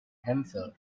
hemphill